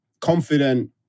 confident